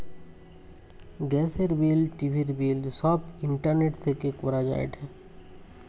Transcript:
গ্যাসের বিল, টিভির বিল সব ইন্টারনেট থেকে করা যায়টে